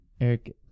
Eric